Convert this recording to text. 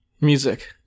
music